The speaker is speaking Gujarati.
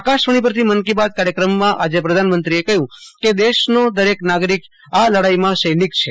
આકાશવાણી પરથી મન કી બાત કાર્યક્રમમાં આજે પ્રધાનમંત્રીએ કહ્યું કે દેશનો દરેક નાગરિક આ લડાઈમાં સૈનિક છે